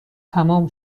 تمام